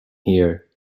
here